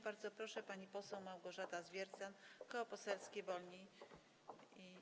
Bardzo proszę, pani poseł Małgorzata Zwiercan, Koło Poselskie Wolni i